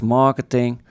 marketing